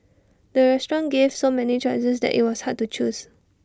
the restaurant gave so many choices that IT was hard to choose